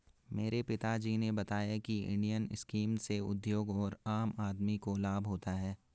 मेरे पिता जी ने बताया की इंडियन स्कीम से उद्योग और आम आदमी को लाभ होता है